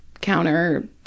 counter